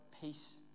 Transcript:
peace